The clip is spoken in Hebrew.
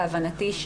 להבנתי,